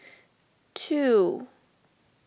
two